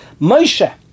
Moshe